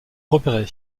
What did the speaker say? repéré